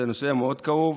זה נושא מאוד כאוב.